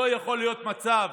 לא יכול להיות מצב